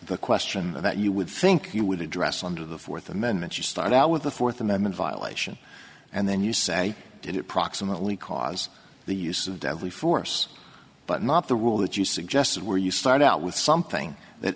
the question that you would think you would address under the fourth amendment you start out with the fourth amendment violation and then you say did it proximately cause the use of deadly force but not the rule that you suggested where you start out with something that